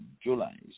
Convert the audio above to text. July